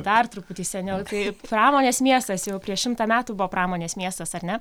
dar truputį seniau tai pramonės miestas jau prieš šimtą metų buvo pramonės miestas ar ne